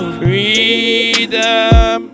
freedom